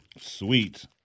Sweet